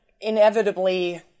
inevitably